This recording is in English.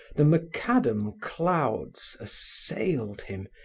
the macadam clouds assailed him,